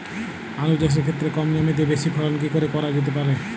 আলু চাষের ক্ষেত্রে কম জমিতে বেশি ফলন কি করে করা যেতে পারে?